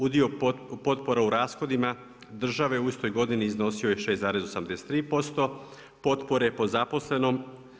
Udio potpore u rashodima države u istoj godini iznosio je 6,83% potpore po zaposlenom.